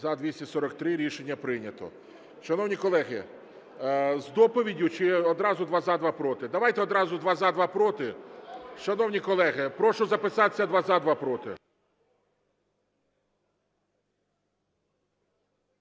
За-243 Рішення прийнято. Шановні колеги, з доповіддю чи одразу два – за, два – проти? Давайте одразу два – за, два – проти. Шановні колеги, прошу записатися: два – за, два – проти.